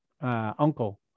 uncle